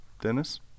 Dennis